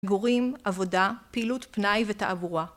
מגורים, עבודה, פעילות פנאי ותעבורה.